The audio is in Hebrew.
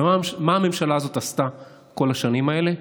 ומה הממשלה הזאת עשתה כל השנים האלה?